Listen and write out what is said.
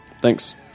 Thanks